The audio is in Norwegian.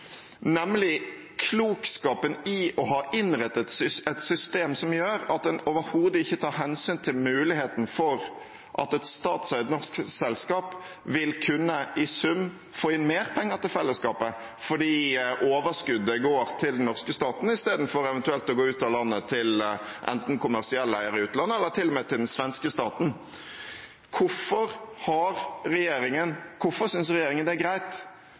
nemlig klokskapen i å ha innrettet et system som gjør at en overhodet ikke tar hensyn til muligheten for at et statseid norsk selskap i sum vil kunne få inn mer penger til fellesskapet fordi overskuddet går til den norske staten istedenfor eventuelt å gå ut av landet, til enten kommersielle eiere i utlandet eller til og med til den svenske staten. Hvorfor synes regjeringen det er greit